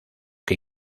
que